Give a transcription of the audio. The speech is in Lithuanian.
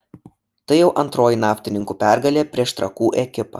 tai jau antroji naftininkų pergalė prieš trakų ekipą